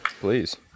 please